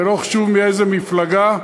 ולא חשוב מאיזו מפלגה,